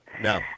No